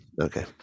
Okay